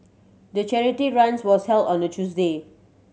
the charity run was held on a Tuesday